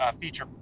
feature